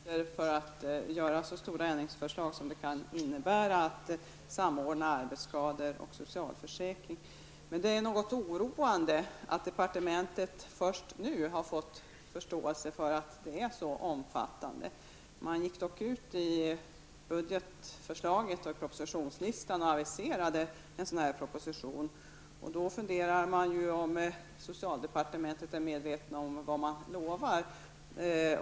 Herr talman! Jag kan förstå att det krävs omfattande förberedelser för att man skall kunna lägga fram förslag till så stora förändringar som det innebär att samordna arbetsskade och sjukförsäkring. Men det är något oroande att departementet först nu har fått förståelse för att arbetet är så omfattande. Man aviserade dock i budgetförslaget och i propositionslistan en sådan här proposition, och då funderar man ju om socialdepartementet är medvetet om vad man lovar.